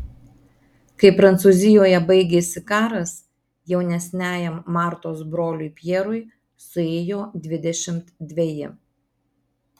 kai prancūzijoje baigėsi karas jaunesniajam martos broliui pjerui suėjo dvidešimt dveji